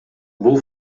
бул